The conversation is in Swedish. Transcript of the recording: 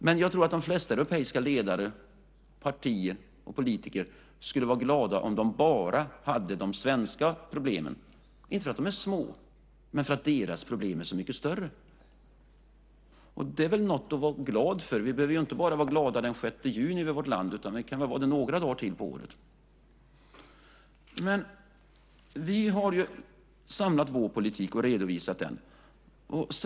Men jag tror att de flesta västeuropeiska ledare, partier och politiker skulle vara glada om de bara hade de svenska problemen, inte för att de är små utan för att deras problem är så mycket större. Det är väl något att vara glad för. Vi behöver inte vara glada över vårt land bara den 6 juni, utan det kan vi vara några dagar till på året. Vi har samlat vår politik och redovisat den.